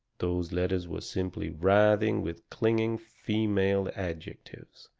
those letters were simply writhing with clinging female adjectives.